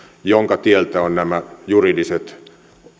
jonka tieltä on nämä juridiset